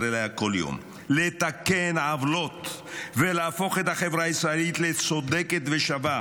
אליה בכל יום: לתקן עוולות ולהפוך את החברה הישראלית לצודקת ושווה,